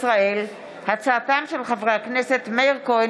במערכת החינוך; בעקבות דיון מהיר בהצעתם של חברי הכנסת מאיר כהן